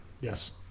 yes